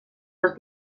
les